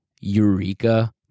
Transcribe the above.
eureka